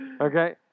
Okay